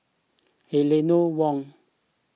Eleanor Wong